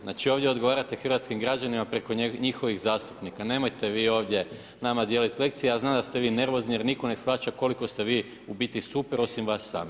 Znači, odgovarate hrvatskim građanima preko njihovih zastupnika nemojte vi ovdje nama dijeliti lekcije, ja znam da ste vi nervozni, jer nitko ne shvaća koliko ste vi u biti super, osim vas samih.